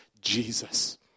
Jesus